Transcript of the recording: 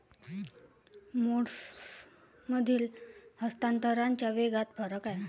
मोड्समधील हस्तांतरणाच्या वेगात फरक आहे